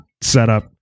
setup